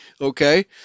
okay